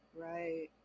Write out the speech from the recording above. Right